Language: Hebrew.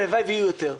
הלוואי ויהיו יותר.